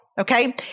Okay